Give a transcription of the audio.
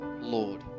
Lord